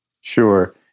Sure